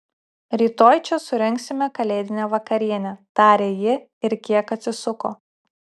rytoj čia surengsime kalėdinę vakarienę tarė ji ir kiek atsisuko